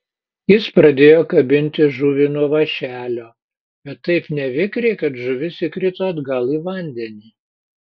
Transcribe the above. jis pradėjo kabinti žuvį nuo vąšelio bet taip nevikriai kad žuvis įkrito atgal į vandenį